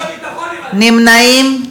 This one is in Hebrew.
נמנעים?